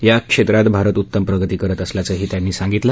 या क्षेत्रात भारत उत्तम प्रगती करत असल्याचंही त्यांनी सांगितलं